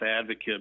advocate